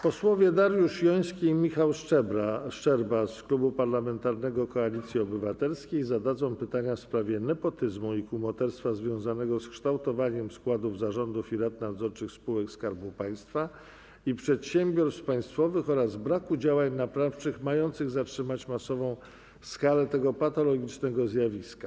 Posłowie Dariusz Joński i Michał Szczerba z Klubu Parlamentarnego Koalicja Obywatelska zadadzą pytanie w sprawie nepotyzmu i kumoterstwa związanego z kształtowaniem składów zarządów i rad nadzorczych spółek Skarbu Państwa i przedsiębiorstw państwowych oraz braku działań naprawczych mających zatrzymać masową skalę tego patologicznego zjawiska.